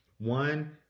One